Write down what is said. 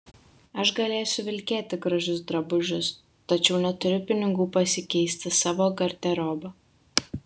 aš galėsiu vilkėti gražius drabužius tačiau neturiu pinigų pasikeisti savo garderobą